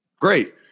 Great